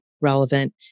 relevant